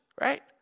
Right